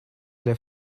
для